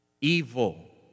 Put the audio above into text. evil